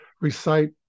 recite